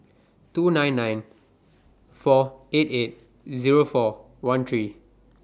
two nine nine four eight eight Zero four one three